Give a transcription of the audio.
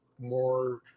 more